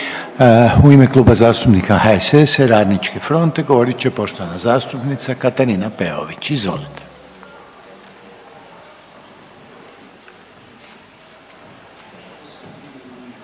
U ime Kluba zastupnika HSS-a i Radniče fronte govorit će poštovana zastupnica Katarina Peović. Izvolite.